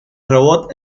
robot